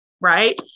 Right